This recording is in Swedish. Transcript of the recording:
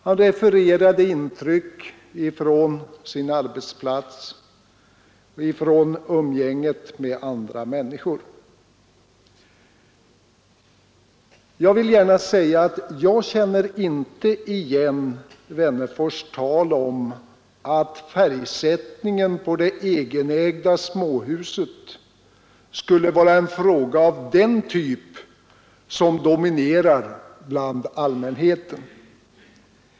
Han refererade intryck från sin arbetsplats och från umgänget med andra människor. Jag vill gärna säga att jag inte kan vitsorda herr Wennerfors” tal om att färgsättningen på det egenägda småhuset skulle vara en fråga av den typ som dominerar bland allmänheten.